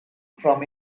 from